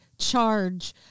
charge